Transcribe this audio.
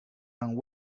and